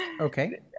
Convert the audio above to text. Okay